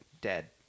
dead